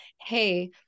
hey